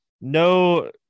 No